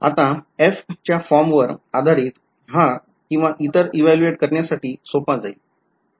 आता f च्या फॉर्मवर आधारित हा किंवा इतर evaluate करण्यासाठी सोपा जाईल